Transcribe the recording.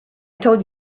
told